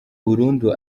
burundu